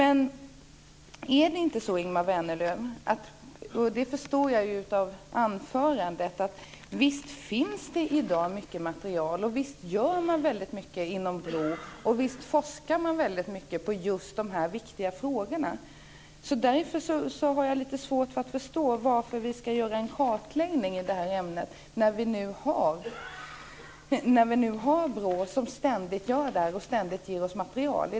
Jag förstår av Ingemar Vänerlövs anförande att det i dag finns mycket material och att man inom BRÅ gör väldigt mycket. Man forskar också väldigt mycket om just de här viktiga frågorna. Jag har lite svårt att förstå varför vi ska göra en kartläggning av det här ämnet när vi har BRÅ, som ständigt arbetar med att ge oss material.